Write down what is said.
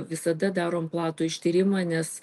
visada darom platų ištyrimą nes